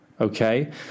okay